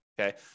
okay